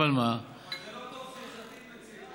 אבל זה לא טוב שיש עתיד מציעים את זה,